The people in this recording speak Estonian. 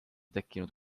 tekkinud